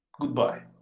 Goodbye